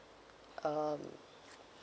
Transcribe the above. um